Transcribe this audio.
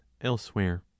elsewhere